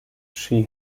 she